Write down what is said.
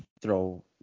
throw